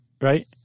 right